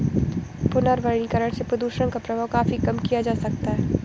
पुनर्वनीकरण से प्रदुषण का प्रभाव काफी कम किया जा सकता है